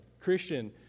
Christian